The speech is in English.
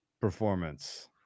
performance